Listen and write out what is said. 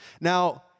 Now